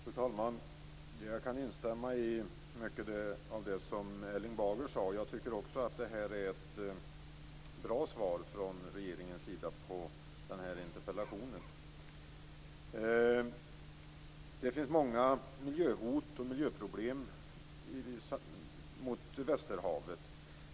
Fru talman! Jag kan instämma i mycket av det som Erling Bager sade. Också jag tycker att det har getts ett bra svar från regeringens sida på interpellationen. Det finns många miljöhot och miljöproblem när det gäller Västerhavet.